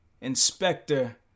Inspector